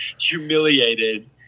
humiliated